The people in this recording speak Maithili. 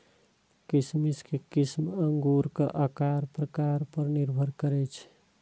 किशमिश के किस्म अंगूरक आकार प्रकार पर निर्भर करै छै